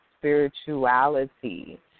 spirituality